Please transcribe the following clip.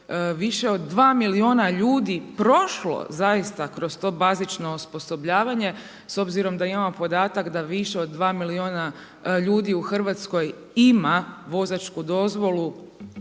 više od 2 milijuna ljudi prošlo zaista kroz to bazično osposobljavanje, s obzirom da imamo podatak da više od 2 milijuna ljudi u Hrvatskoj ima vozačku dozvolu